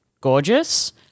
gorgeous